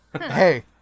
Hey